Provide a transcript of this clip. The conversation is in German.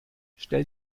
stell